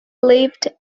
lived